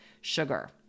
sugar